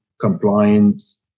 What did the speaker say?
compliance